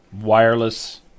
wireless